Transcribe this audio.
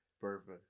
Perfect